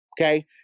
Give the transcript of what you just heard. Okay